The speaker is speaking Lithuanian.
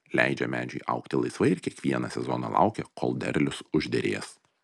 leidžia medžiui augti laisvai ir kiekvieną sezoną laukia kol derlius užderės